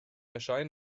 erscheinen